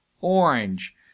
Orange